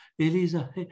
Elisa